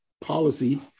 policy